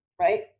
right